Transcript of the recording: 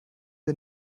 wir